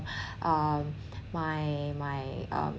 um my my um